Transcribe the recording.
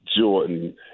Jordan